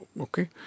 okay